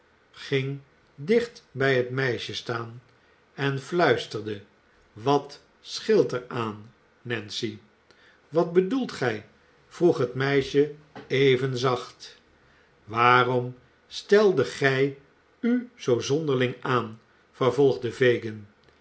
ging dicht bij het meisje staan en fluisterde wat scheelt er aan nancy wat bedoelt gij vroeg het meisje even zacht waarom steldet gij u zoo zonderling aan vervolgde fagin